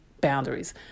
boundaries